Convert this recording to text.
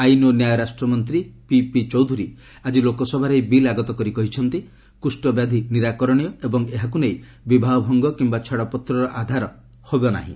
ଆଇନ୍ ଓ ନ୍ୟାୟ ରାଷ୍ଟ୍ରମନ୍ତ୍ରୀ ପିପି ଚୌଧ୍ରରୀ ଆଜି ଲୋକସଭାରେ ଏହି ବିଲ୍ ଆଗତ କରି କହିଥିଲେ କୃଷ୍ଣ ବ୍ୟାଧି ନିରାକରଣୀୟ ଏବଂ ଏହାକୁ ନେଇ ବିବାହ ଭଙ୍ଗ କିମ୍ବା ଛାଡ଼ପତ୍ରର ଆଧାର ହେବ ନାହିଁ